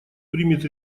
примет